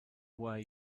way